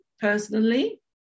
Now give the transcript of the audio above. personally